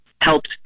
helped